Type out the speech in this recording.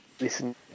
listen